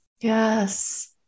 Yes